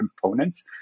components